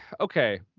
okay